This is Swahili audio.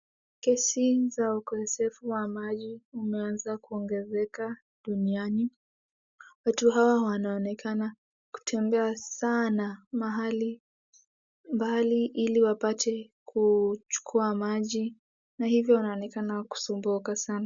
Kesi za ukosefu wa maji umeanza kuongezeka duniani, watu hawa wanaonekana kutembea sana mahali mbali ili wapate kuchukua maji na hivyo wanaonekana kusumbuka sana.